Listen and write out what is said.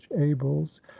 abel's